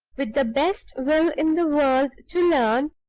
with the best will in the world to learn,